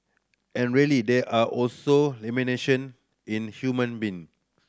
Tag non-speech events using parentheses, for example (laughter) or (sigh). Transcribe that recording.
and really there are also (unintelligible) in human being